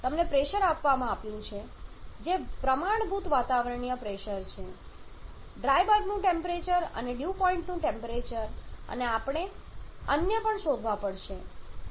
તમને પ્રેશર આપવામાં આવ્યું છે જે પ્રમાણભૂત વાતાવરણીય પ્રેશર છે ડ્રાય બલ્બનું ટેમ્પરેચર અને ડ્યૂ પોઇન્ટનું ટેમ્પરેચર અને આપણે અન્ય પણ શોધાવા પડશે